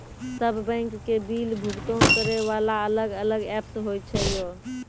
सब बैंक के बिल भुगतान करे वाला अलग अलग ऐप्स होय छै यो?